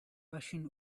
rushing